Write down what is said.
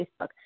Facebook